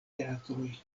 teatroj